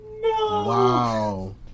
Wow